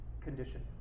condition